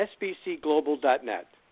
sbcglobal.net